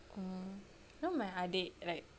mm you know my adik like